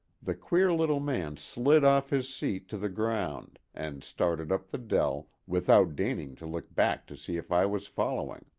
the queer little man slid off his seat to the ground and started up the dell without deigning to look back to see if i was following.